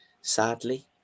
Sadly